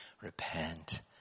repent